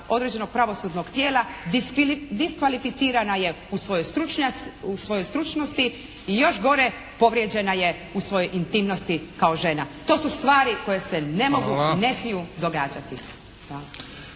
određenog pravosudnog tijela diskvalificirana je u svojoj stručnosti, i još gore povrijeđena je u svojoj intimnosti kao žena. To su stvari koje se ne mogu i ne smiju događati.